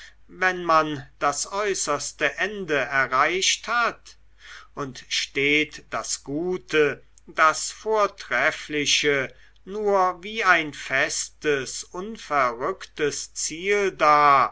wenn man das äußerste ende erreicht hat und steht das gute das vortreffliche nur wie ein festes unverrückbares ziel da